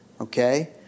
Okay